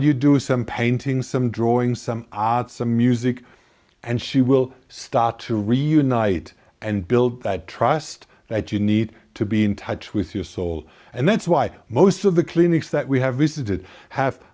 you do some painting some drawing some odd some music and she will start to reunite and build that trust that you need to be in touch with your soul and that's why most of the clinics that we have visited have